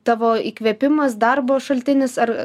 tavo įkvėpimas darbo šaltinis ar